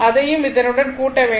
இதையும் அதனுடன் கூட்ட வேண்டும்